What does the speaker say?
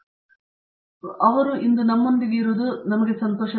ಆದ್ದರಿಂದ ಇವರು ನಮ್ಮೊಂದಿಗೆ ಹೊಂದಲು ಇದು ಒಂದು ಸಂತೋಷ